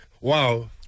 Wow